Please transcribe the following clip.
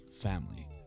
family